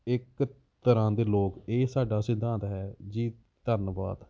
ਇੱਕ ਤਰ੍ਹਾਂ ਦੇ ਲੋਕ ਇਹ ਸਾਡਾ ਸਿਧਾਂਤ ਹੈ ਜੀ ਧੰਨਵਾਦ